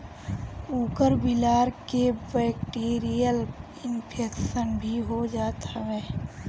कुकूर बिलार के बैक्टीरियल इन्फेक्शन भी हो जात हवे